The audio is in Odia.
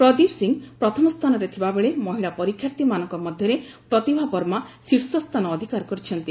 ପ୍ରଦୀପ ସିଂ ପ୍ରଥମ ସ୍ଥାନରେ ଥିବାବେଳେ ମହିଳା ପରୀକ୍ଷାର୍ଥୀମାନଙ୍କ ମଧ୍ୟରେ ପ୍ରତିଭା ବର୍ମା ଶୀର୍ଷସ୍ଥାନ ଅଧିକାର କରିଛନ୍ତି